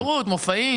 תיירות, מופעים.